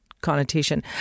connotation